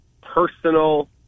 personal